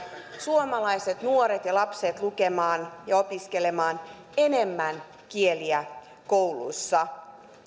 suomalaiset nuoret ja lapset lukemaan ja opiskelemaan enemmän kieliä kouluissa